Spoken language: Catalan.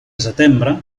setembre